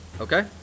Okay